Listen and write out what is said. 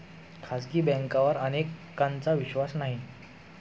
खाजगी बँकांवर अनेकांचा विश्वास नाही